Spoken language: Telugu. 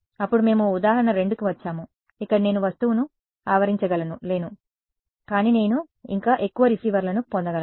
అప్పుడు మేము ఉదాహరణ 2 కి వచ్చాము ఇక్కడ నేను వస్తువును చుట్టుముట్టలేను కానీ నేను ఇంకా ఎక్కువ రిసీవర్లను పొందగలను